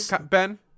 Ben